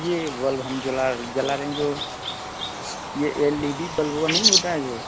ये बल्ब हम जला जला रहे हैं जो ये एल ई डी बल्बवा नहीं होता है जो